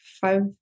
five